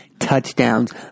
touchdowns